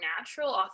natural